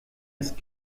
ist